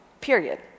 period